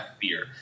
beer